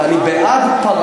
אני בעד.